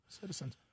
Citizens